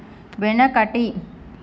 వెనకటి